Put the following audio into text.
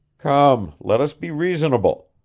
come, let us be reasonable.